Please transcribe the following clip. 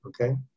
okay